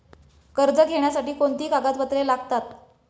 कर्ज घेण्यासाठी कोणती कागदपत्रे लागतात?